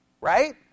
right